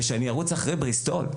אני ארוץ אחרי בריסטול.